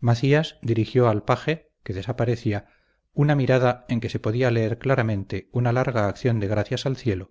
macías dirigió al paje que desaparecía una mirada en que se podía leer claramente una larga acción de gracias al cielo